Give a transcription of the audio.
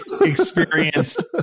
experienced